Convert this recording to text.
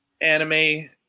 anime